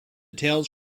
tales